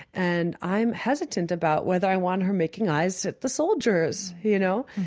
and i'm hesitant about whether i want her making eyes at the soldiers, you know.